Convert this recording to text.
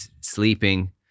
sleeping